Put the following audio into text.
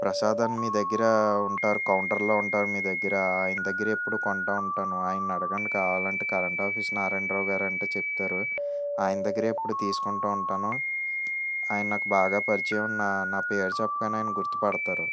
ప్రసాద్ అని మీ దగ్గర ఉంటారు కౌంటర్లో ఉంటారు మీ దగ్గర ఆయన దగ్గర ఎప్పుడు కొంటు ఉంటాను ఆయన అడగండి కావాలంటే కరెంట్ ఆఫీస్ నారాయణ్ రావు గారు అంటే చెప్తారు ఆయన దగ్గర ఎప్పుడు తీసుకుంటు ఉంటాను ఆయన నాకు బాగా పరిచయం నా నా పేరు చెప్పగానే ఆయన గుర్తుపడతారు